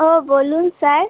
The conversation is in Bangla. ও বলুন স্যার